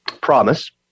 promise